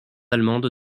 allemande